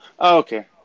Okay